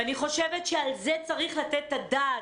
אני חושבת שעל זה צריך לתת את הדעת,